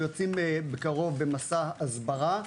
בקרוב אנחנו יוצאים במסע הסברה.